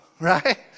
right